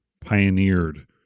pioneered